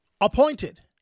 appointed